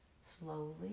Slowly